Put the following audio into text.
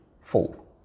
full